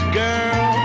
girl